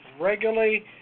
regularly